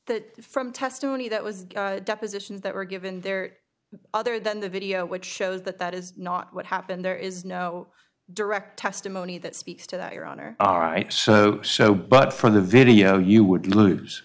that from testimony that was depositions that were given there other than the video which shows that that is not what happened there is no direct testimony that speaks to that your honor all right so so but for the video you would lose